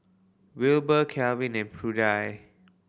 Wilbur Calvin and Prudie